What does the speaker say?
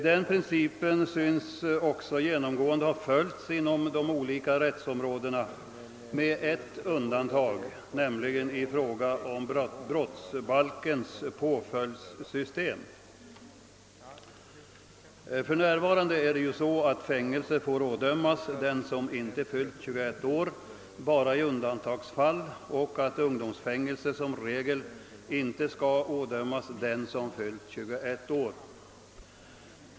Den principen synes också genomgående ha följts inom de olika rättsområdena med ett undantag, nämligen i fråga om brottsbalkens påföljdssystem. För närvarande får fängelse bara i undantagsfall ådömas den som inte fyllt 21 år, och ungdomsfängelse skall som regel inte ådömas den som fyllt 21 år.